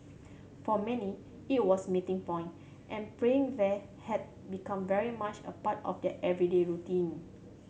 for many it was a meeting point and praying there had become very much a part of their everyday routine